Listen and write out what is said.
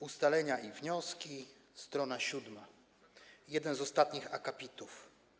Ustalenia i wnioski, strona 7, jeden z ostatnich akapitów: